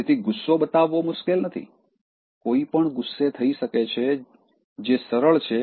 તેથી ગુસ્સો બતાવવો મુશ્કેલ નથી કોઈપણ ગુસ્સે થઈ શકે છે જે સરળ છે